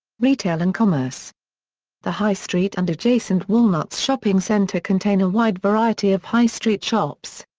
retail and commerce the high street and adjacent walnuts shopping centre contain a wide variety of high-street shops.